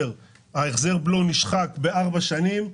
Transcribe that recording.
החזר הבלו נשחק בארבע שנים,